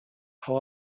how